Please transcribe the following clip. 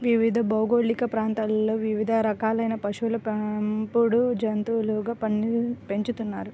వివిధ భౌగోళిక ప్రాంతాలలో వివిధ రకాలైన పశువులను పెంపుడు జంతువులుగా పెంచుతున్నారు